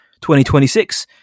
2026